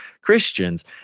Christians